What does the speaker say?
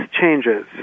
changes